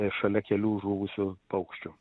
šalia kelių žuvusių paukščių